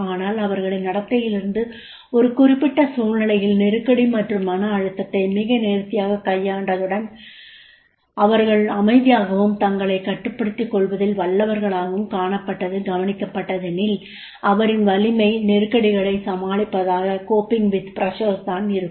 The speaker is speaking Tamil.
ஆனால் அவர்களின் நடத்தையிலிருந்து ஒரு குறிப்பிட்ட சூழ்நிலையில் நெறுக்கடி மற்றும் மன அழுத்தத்தை மிக நேர்த்தியாகக் கையாண்டதுடன் அவர்கள் அமைதியாகவும் தங்களைக் கட்டுப்படுத்திக் கொள்வதில் வல்லவர்களாகவும் காணப்பட்டது கவனிக்கப்பட்டதெனில் அவரின் வலிமை நெறுக்கடிகளைச் சமாளிப்பதாகத் தான் இருக்கும்